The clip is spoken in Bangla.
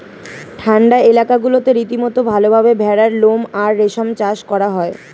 ঠান্ডা এলাকাগুলোতে রীতিমতো ভালভাবে ভেড়ার লোম আর রেশম চাষ করা হয়